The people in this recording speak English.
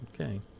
Okay